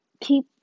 keep